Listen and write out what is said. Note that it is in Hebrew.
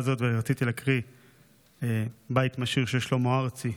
הזאת ורציתי להקריא בית משיר של שלמה ארצי: